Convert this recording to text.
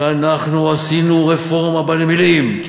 שאנחנו עשינו רפורמה בנמלים,